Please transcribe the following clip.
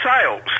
sales